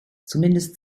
zumindest